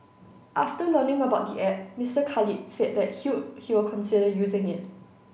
after learning about the app Mister Khalid said that he would he will consider using it